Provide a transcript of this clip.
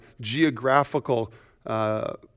geographical